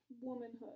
womanhood